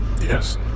Yes